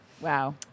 Wow